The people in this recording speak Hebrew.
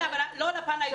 אין בעיה, אבל לא בפן האישי.